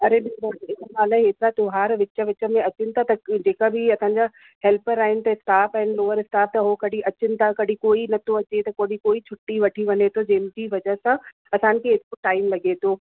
अरे ॾिसो भेण हाणे एतिरा त्योहार विच विच में अचनि था त जेका बि असांजा हेल्पर आहिनि त स्टाफ़ आहिनि लोअर स्टाफ़ त हो कॾहिं अचनि था कॾहिं कोई नथो अचे कॾहिं कोई छुटी वठी वञे थो जंहिंजी वज़ह सां असांखे टाइम लॻे थो